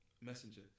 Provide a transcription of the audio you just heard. messenger